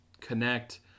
connect